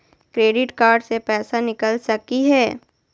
Credit card से पैसा निकल सकी हय?